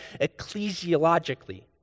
ecclesiologically